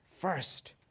First